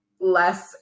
less